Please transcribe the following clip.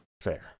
fair